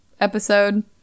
episode